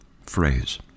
phrase